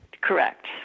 correct